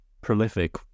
prolific